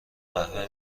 قهوه